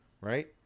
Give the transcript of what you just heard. Right